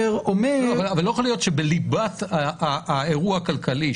אומר --- לא יכול להיות שבליבת האירוע הכלכלי,